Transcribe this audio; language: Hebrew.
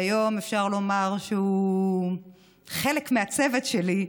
והיום אפשר לומר שהוא חלק מהצוות שלי.